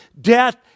death